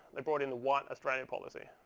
they brought in the white australia policy.